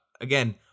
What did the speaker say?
again